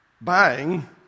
Buying